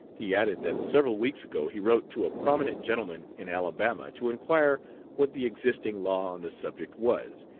he added that several weeks ago he wrote to a prominent gentleman in alabama to inquire what the existing law on the subject was,